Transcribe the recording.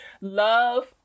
love